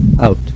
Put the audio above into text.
out